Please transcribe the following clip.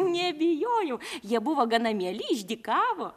nebijojau jie buvo gana mieli išdykavo